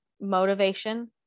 motivation